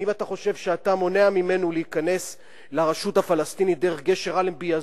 ואם אתה חושב שאתה מונע ממנו להיכנס לרשות הפלסטינית דרך גשר אלנבי,